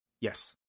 Yes